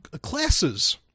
classes